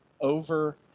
over